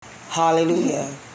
Hallelujah